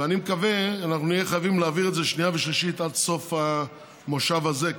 ואני מקווה שנהיה חייבים להעביר את זה בשנייה ושלישית עד סוף המושב הזה,